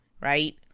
right